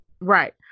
right